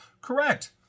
Correct